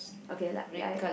okay lah i